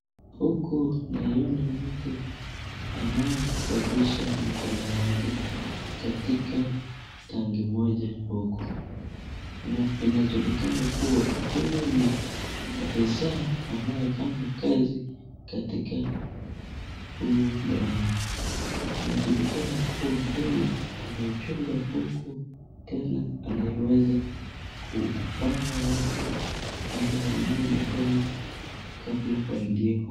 Huku naina mtu anayesafisha mkono yake katika tanki moja huku, na inajulikana kuwa huyu ni ofisaa nayefanya kazi katika huu mlango inajulikana kuwa anaichunga huku tena anaweza kuoanga watu, ili wanawe mikono kabla waingie huku.